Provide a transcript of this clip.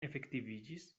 efektiviĝis